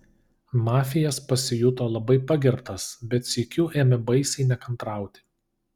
mafijas pasijuto labai pagerbtas bet sykiu ėmė baisiai nekantrauti